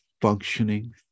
functioning